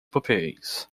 papéis